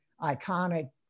iconic